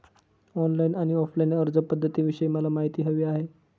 online आणि offline अर्जपध्दतींविषयी मला माहिती हवी आहे